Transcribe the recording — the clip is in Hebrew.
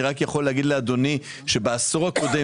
אני רק יכול להגיד לאדוני שבעשור הקודם